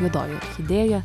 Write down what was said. juodoji orchidėja